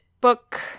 book